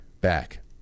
back